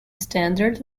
standard